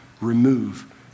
remove